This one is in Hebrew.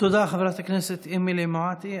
תודה, חברת הכנסת אמילי מואטי.